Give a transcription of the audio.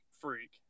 Freak